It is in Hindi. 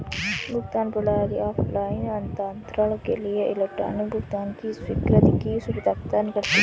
भुगतान प्रणाली ऑफ़लाइन हस्तांतरण के लिए इलेक्ट्रॉनिक भुगतान की स्वीकृति की सुविधा प्रदान करती है